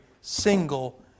single